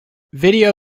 video